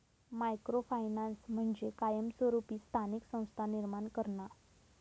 micro finance म्हणजे कायमस्वरूपी स्थानिक संस्था निर्माण करणा